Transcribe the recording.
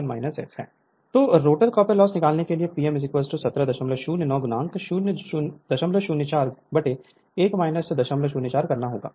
Refer Slide Time 1116 तो rotor copper loss निकालने के लिए P m 1709 004 1 004 करना होगा